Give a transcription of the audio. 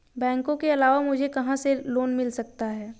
बैंकों के अलावा मुझे कहां से लोंन मिल सकता है?